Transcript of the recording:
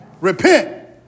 Repent